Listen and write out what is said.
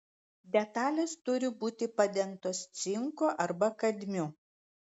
detalės turi būti padengtos cinku arba kadmiu